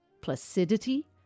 Placidity